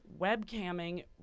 webcamming